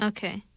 Okay